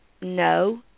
no